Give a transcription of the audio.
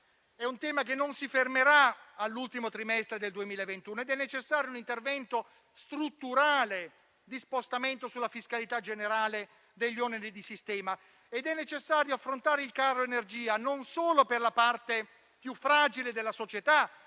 è un tema che non si fermerà all'ultimo trimestre del 2021 ed è necessario un intervento strutturale di spostamento sulla fiscalità generale degli oneri di sistema. È necessario affrontare il caro energia non solo per la parte più fragile della società